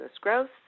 Growth